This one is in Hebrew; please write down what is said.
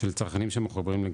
של צרכנים שמחוברים לגט"ד.